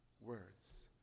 words